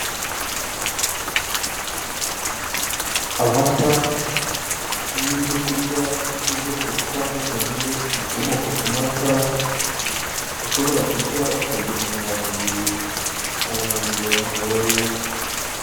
Amata n'ibyo kurya by'ubwoko butandukanye bikomoka ku mata ushobora kurya ukagira intunga mubiri mumubiri wawe.